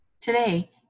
Today